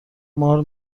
مار